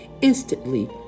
instantly